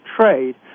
Trade